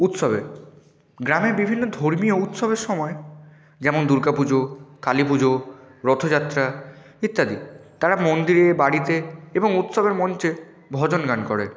উৎসবে গ্রামের বিভিন্ন ধর্মীয় উৎসবের সময় যেমন দুর্গা পুজো কালী পুজো রথযাত্রা ইত্যাদি তারা মন্দিরে বাড়িতে এবং উৎসবের মঞ্চে ভজন গান করে